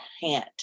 hand